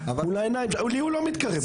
אליי הוא לא מתקרב,